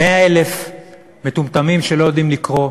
100,000 מטומטמים שלא יודעים לקרוא,